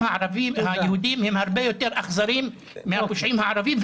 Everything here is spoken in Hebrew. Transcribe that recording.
היהודים הם הרבה יותר אכזרים מהפושעים הערבים,